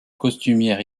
costumière